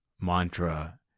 mantra